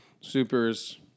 Supers